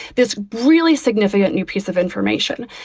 this really significant new piece of information.